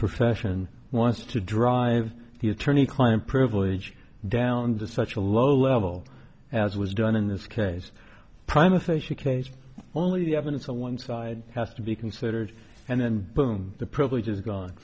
profession wants to drive the attorney client privilege down to such a low level as was done in this case primus facia case only the evidence on one side has to be considered and then boom the privilege is gone